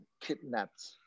kidnapped